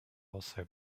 also